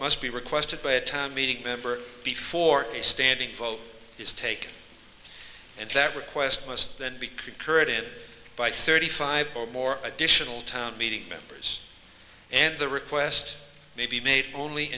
must be requested by a town meeting member before a standing vote is taken and that request must then be concurred in by thirty five or more additional town meeting members and the request may be made only